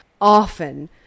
often